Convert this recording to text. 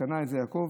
שקנה את זה יעקב,